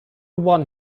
one